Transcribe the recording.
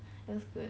looks good